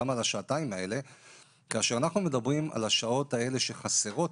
למה על השעתיים; כאשר אנחנו מדברים על השעות האלה שחסרות,